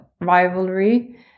rivalry